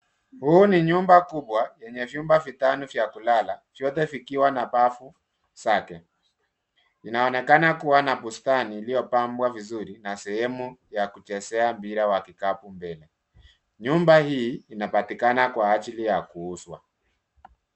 Huu ni nyumba kubwa yenye vyumba vitano vya kulala vyote vikiwa na bafu zake. Inaonekana kuwa na bustani iliyopambwa vizuri na sehemu ya kuchezea mpira wa vikapu mbele. Nyumba hii inapatikana kwa ajili ya kuuzwa.